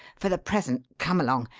for the present, come along.